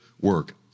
work